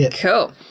Cool